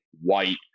white